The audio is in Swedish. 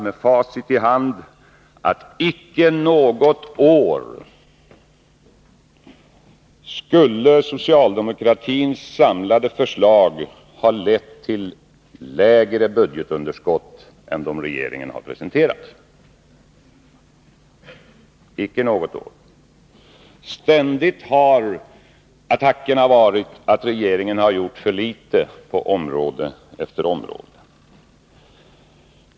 Med facit i hand kan vi dock konstatera att socialdemokratins förslag inte under något år skulle ha lett till lägre budgetunderskott än dem som de borgerliga regeringarna har presenterat. Ständigt har attackerna varit att regeringen har gjort för litet på område efter område.